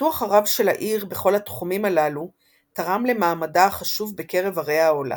הפיתוח הרב של העיר בכל התחומים הללו תרם למעמדה החשוב בקרב ערי העולם.